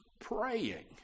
praying